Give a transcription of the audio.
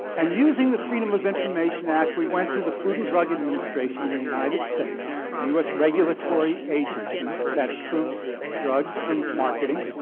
and using the freedom of information act we went to the food and drug administration in the united states, the us regulatory agency that approves drugs for marketing,